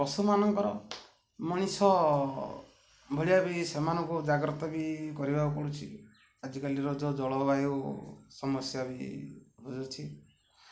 ପଶୁମାନଙ୍କର ମଣିଷ ଭଳିଆ ବି ସେମାନଙ୍କୁ ଜାଗ୍ରତ ବି କରିବାକୁ ପଡ଼ୁଛି ଆଜିକାଲି ରଜ ଜଳବାୟୁ ସମସ୍ୟା ବି ରହିଅଛି